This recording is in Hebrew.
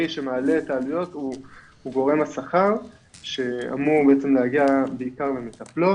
שמעלה את העלויות הוא גורם השכר שאמור בעצם להגיע בעיקר מהמטפלות,